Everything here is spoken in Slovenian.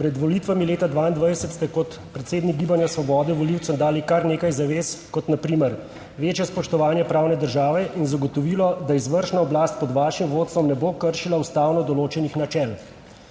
pred volitvami leta 2022 ste kot predsednik Gibanja Svoboda volivcem dali kar nekaj zavez, kot na primer večje spoštovanje pravne države in zagotovilo, da izvršna oblast pod vašim vodstvom ne bo kršila ustavno določenih načel.